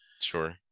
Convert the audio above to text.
sure